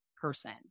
person